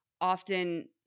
often